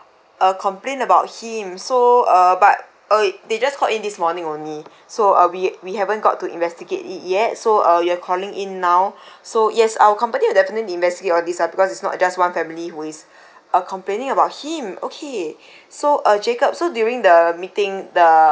uh complain about him so uh but uh they just called in this morning only so uh we we haven't got to investigate it yet so uh you are calling in now so yes our company will definitely investigate all these ah because it's not just one family was are complaining about him okay so uh jacob so during the meeting the